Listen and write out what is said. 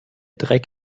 dreck